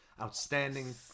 Outstanding –